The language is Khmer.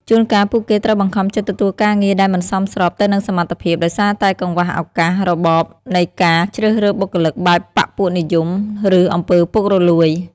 ជួនកាល ពួកគេត្រូវបង្ខំចិត្តទទួលការងារដែលមិនសមស្របទៅនឹងសមត្ថភាព ដោយសារតែកង្វះឱកាស របបនៃការជ្រើសរើសបុគ្គលិកបែបបក្ខពួកនិយម ឬអំពើពុករលួយ។